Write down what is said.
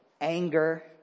anger